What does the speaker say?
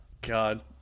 God